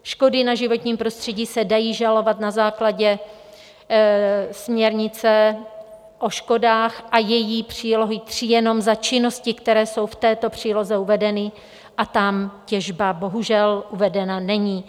Škody na životním prostředí se dají žalovat na základě směrnice o škodách a její přílohy III jenom za činnosti, které jsou v této příloze uvedeny, a tam těžba bohužel uvedena není.